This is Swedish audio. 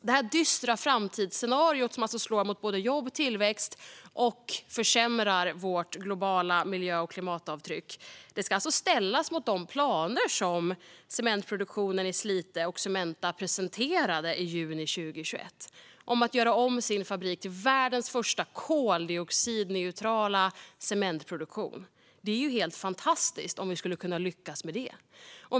Detta dystra framtidsscenario som slår mot jobb och tillväxt och försämrar vårt globala miljö och klimatavtryck ska ställas mot de planer för cementproduktionen i Slite som Cementa presenterade i juni 2021, som handlar om att göra om fabriken för världens första koldioxidneutrala cementproduktion. Det är ju helt fantastiskt om vi skulle kunna lyckas med det!